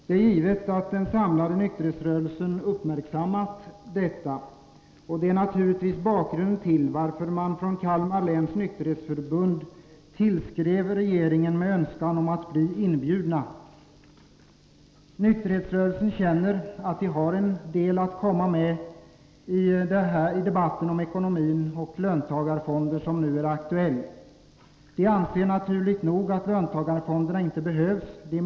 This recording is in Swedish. Det är givet att den samlade nykterhetsrörelsen uppmärksammat detta, och det är naturligtvis bakgrunden till att man från Kalmar läns nykterhetsförbund tillskrev regeringen med önskan om att bli inbjuden. De verksamma inom nykterhetsrörelsen känner att de har en del att komma medi den debatt om ekonomi och löntagarfonder som nu är aktuell. De anser naturligt nog att löntagarfonder inte behövs.